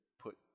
put